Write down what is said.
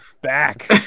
back